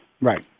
Right